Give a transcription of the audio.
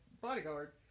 bodyguard